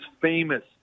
famous